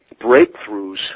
breakthroughs